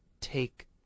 take